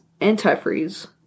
antifreeze